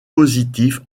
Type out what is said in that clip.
positif